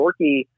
dorky